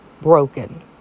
broken